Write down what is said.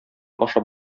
ашап